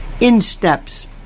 insteps